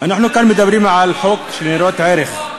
אנחנו כאן מדברים על חוק ניירות ערך,